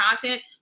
content